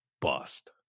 bust